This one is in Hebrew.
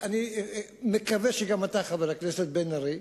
אני מקווה שגם אתה, חבר הכנסת בן-ארי,